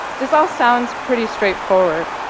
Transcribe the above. this all sounds pretty straightforward,